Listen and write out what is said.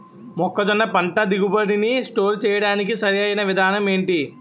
మొక్కజొన్న పంట దిగుబడి నీ స్టోర్ చేయడానికి సరియైన విధానం ఎంటి?